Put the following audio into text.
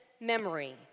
memory